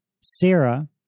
Sarah